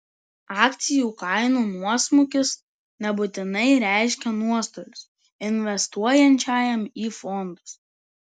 akcijų kainų nuosmukis nebūtinai reiškia nuostolius investuojančiajam į fondus